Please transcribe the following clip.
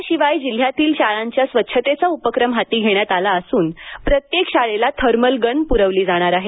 याशिवाय जिल्ह्यातील शाळांच्या स्वच्छतेचा उपक्रम हाती घेण्यात आला असून प्रत्येक शाळेला थर्मल गन पुरवली जाणार आहे